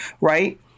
right